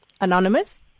Anonymous